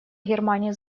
германии